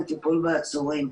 הטיפול בעצורים.